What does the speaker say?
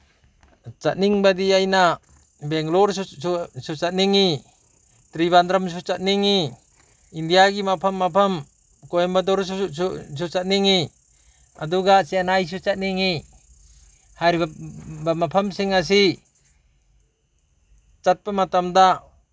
ꯆꯠꯅꯤꯡꯕꯗꯤ ꯑꯩꯅ ꯕꯦꯡꯒ꯭ꯂꯣꯔꯁꯨ ꯆꯠꯅꯤꯡꯉꯤ ꯇ꯭ꯔꯤꯕꯥꯟꯗꯝꯁꯨ ꯆꯠꯅꯤꯡꯉꯤ ꯏꯟꯗꯤꯌꯥꯒꯤ ꯃꯐꯝ ꯃꯐꯝ ꯀꯣꯏꯝꯕꯇꯣꯔꯁꯨ ꯆꯠꯅꯤꯡꯉꯤ ꯑꯗꯨꯒ ꯆꯦꯅꯥꯏꯁꯨ ꯆꯠꯅꯤꯡꯉꯤ ꯃꯐꯝꯁꯤꯡ ꯑꯁꯤ ꯆꯠꯄ ꯃꯇꯝꯗ